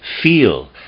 Feel